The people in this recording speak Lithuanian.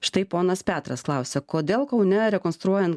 štai ponas petras klausia kodėl kaune rekonstruojant